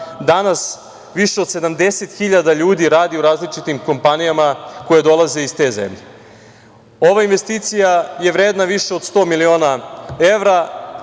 danas više od 70.000 ljudi radi u različitim kompanijama koje dolaze iz te zemlje. Ova investicija je vredna više od 100 miliona evra,